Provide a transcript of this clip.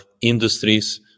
industries